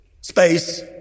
Space